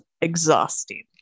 exhausting